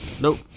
nope